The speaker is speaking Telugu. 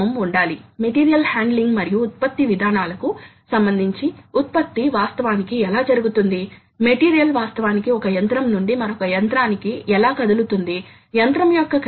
కాబట్టి Tc ఘర్షణ టార్క్ మరియు ɳ సామర్థ్యం కాబట్టి F యంత్ర రూపకల్పన మరియు పదార్థ తొలగింపు రేటు పై ఆధారపడి ఉంటుంది కాబట్టి cut యొక్క లోతు